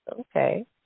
Okay